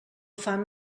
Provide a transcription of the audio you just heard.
fan